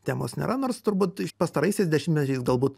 temos nėra nors turbūt pastaraisiais dešimtmečiais galbūt